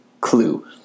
Clue